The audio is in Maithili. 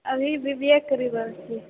अभी बी बी ए करी रहल छी